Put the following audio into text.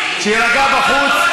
שיירגע בחוץ.